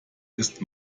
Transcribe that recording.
ist